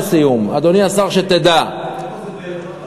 לסיום, אדוני השר, שתדע, איפה?